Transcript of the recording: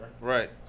Right